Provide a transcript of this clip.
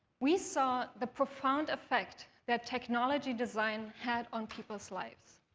we saw the profound effect that technology design had on people's lives.